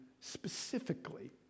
specifically